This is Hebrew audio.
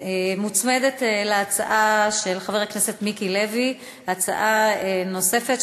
מוצמדת להצעה של חבר הכנסת מיקי לוי הצעה נוספת,